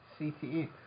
CTE